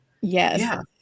yes